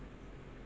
your effort